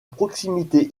proximité